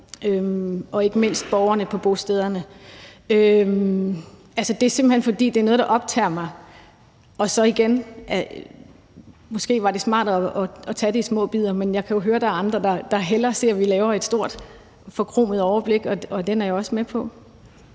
og ikke mindst blandt borgerne på bostederne. Det er simpelt hen, fordi det er noget, der optager mig. Igen vil jeg sige, at det måske var smartere at tage det i små bidder, men jeg kan jo høre, at der er andre, der hellere ser, at vi laver et stort forkromet overblik, og den er jeg også med på.